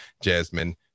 Jasmine